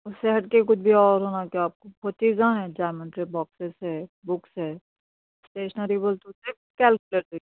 اس سے ہٹ کے کچھ بھی اور ہونا کیا آپ کو کچھ چیزاں ہیں جامیٹری بوکسسز ہے بکس ہے اسٹیشنری بولے تو کیلکولیٹر